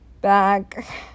back